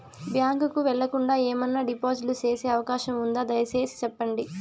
Bank కు వెళ్లకుండా, ఏమన్నా డిపాజిట్లు సేసే అవకాశం ఉందా, దయసేసి సెప్పండి?